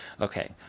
Okay